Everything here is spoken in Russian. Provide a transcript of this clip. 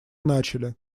начали